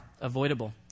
avoidable